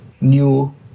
new